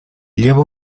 lleva